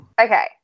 Okay